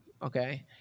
Okay